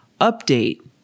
update